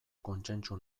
kontsentsu